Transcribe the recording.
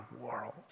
world